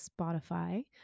Spotify